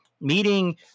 meeting